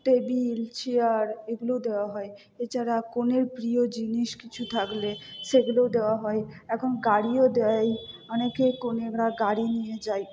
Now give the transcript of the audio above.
table chair এগুলোও দেওয়া হয় এছাড়া কনের প্রিয় জিনিস কিছু থাকলে সেগুলোও দেওয়া হয় এখন গাড়িও দেয় অনেকে কনেরা গাড়ি নিয়ে যায়